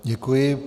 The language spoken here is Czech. Děkuji.